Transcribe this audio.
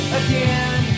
again